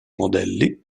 modelli